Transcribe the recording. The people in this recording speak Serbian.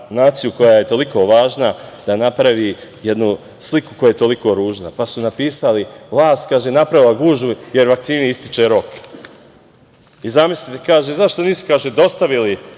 koja je toliko važna, da napravi jednu sliku koja je toliko ružna. Pa, su napisali, „vlast napravila gužvu, jer vakcini ističe rok“. Zamislite, kaže zašto nisu dostavili